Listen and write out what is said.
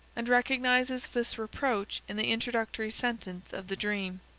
and recognizes this reproach in the introductory sentence of the dream